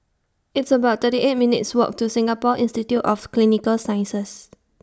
It's about thirty eight minutes' Walk to Singapore Institute of Clinical Sciences